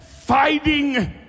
fighting